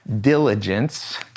diligence